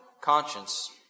conscience